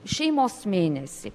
šeimos mėnesį